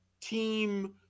team